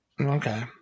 Okay